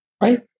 right